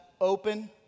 open